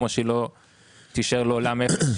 כמו שהיא לא תישאר לעולם אפס.